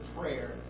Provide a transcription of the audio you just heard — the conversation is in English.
prayer